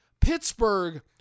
Pittsburgh